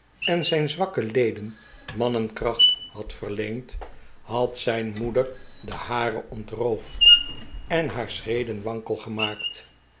en zijn zwakken leden mannenkracht had verleend had zijn moeder de hare ontroofd en haar schreden wankel gemaakt